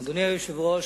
אדוני היושב-ראש,